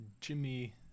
Jimmy